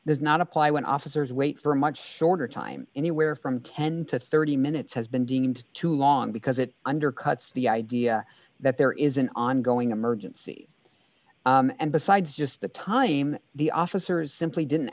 does not apply when officers wait for a much shorter time anywhere from ten to thirty minutes has been deemed too long because it undercuts the idea that there is an ongoing emergency and besides just the time the officers simply didn't